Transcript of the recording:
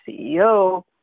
CEO